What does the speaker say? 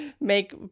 make